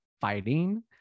fighting